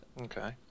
Okay